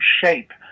shape